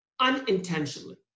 unintentionally